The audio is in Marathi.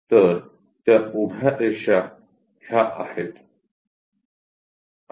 तर त्या उभ्या रेषा ह्या आहेत